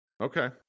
Okay